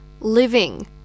living